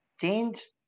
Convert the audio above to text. Change